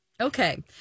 Okay